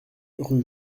rue